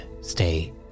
stay